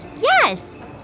Yes